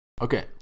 okay